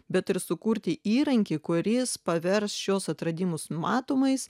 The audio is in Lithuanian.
bet ir sukurti įrankį kuris pavers šiuos atradimus matomais